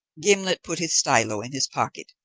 gimblet put his stylo in his pocket,